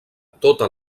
tota